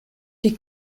die